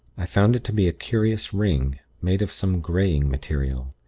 i found it to be a curious ring, made of some greying material.